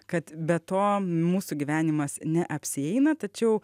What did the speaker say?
kad be to mūsų gyvenimas neapsieina tačiau